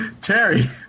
Terry